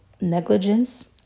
negligence